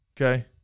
okay